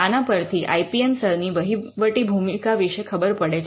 આના પરથી I P M cell ની વહીવટી ભૂમિકા વિશે ખબર પડે છે